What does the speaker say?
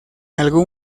algún